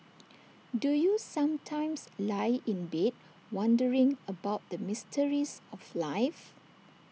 do you sometimes lie in bed wondering about the mysteries of life